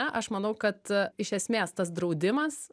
na aš manau kad e iš esmės tas draudimas